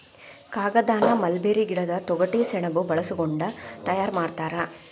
ಕಾಗದಾನ ಮಲ್ಬೇರಿ ಗಿಡದ ತೊಗಟಿ ಸೆಣಬ ಬಳಸಕೊಂಡ ತಯಾರ ಮಾಡ್ತಾರ